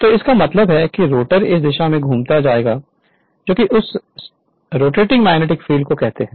तो इसका मतलब है कि रोटर इस दिशा में घूमेगा जोकि r हैं उस रोटेटिंग मैग्नेटिक फील्ड को क्या कहते हैं